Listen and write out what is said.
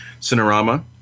Cinerama